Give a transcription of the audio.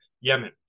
Yemen